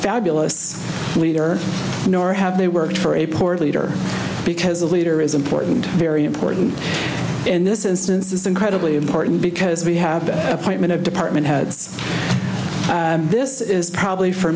fabulous leader nor have they worked for a poor leader because a leader is important very important in this instance is incredibly important because we have an appointment of department heads this is probably for